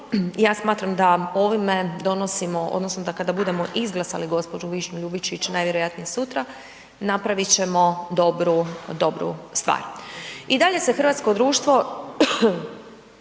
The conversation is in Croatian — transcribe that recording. ja smatram da ovime donosimo, odnosno da kada budemo izglasali gđu. Višnju Ljubičić, najvjerojatnije sutra, napravit ćemo dobru stvar. I dalje se hrvatsko društvo